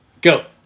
Go